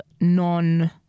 non